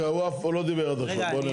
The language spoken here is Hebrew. רגע, הוא לא דיבר עד עכשיו, בוא נראה.